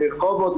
מרחובות,